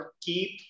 keep